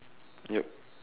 yup